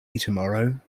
tomorrow